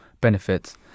benefits